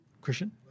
Christian